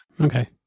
Okay